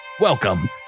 Welcome